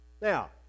Now